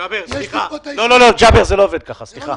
ג'אבר, זה לא עובד כך, סליחה.